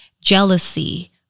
jealousy